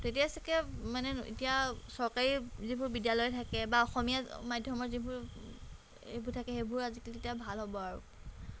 তেতিয়াই চাগে মানে এতিয়া চৰকাৰী যিবোৰ বিদ্য়ালয় থাকে বা অসমীয়া মাধ্য়মৰ যিবোৰ এইবোৰ থাকে সেইবোৰ আজিকালি তেতিয়া ভাল হ'ব আৰু